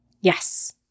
Yes